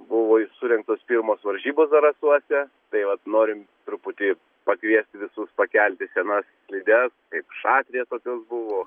buvo surengtos pirmos varžybos zarasuose tai vat norim truputį pakviesti visus pakelti senas slides kaip šatrija tokios buvo